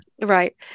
right